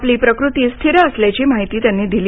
आपली प्रकृती स्थिर असल्याची माहिती त्यांनी दिली